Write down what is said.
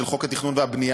של חוק התכנון והבנייה,